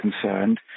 concerned